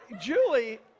Julie